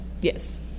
Yes